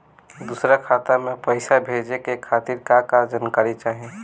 दूसर खाता में पईसा भेजे के खातिर का का जानकारी चाहि?